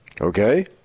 Okay